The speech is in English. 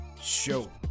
show